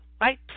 right